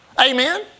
Amen